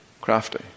crafty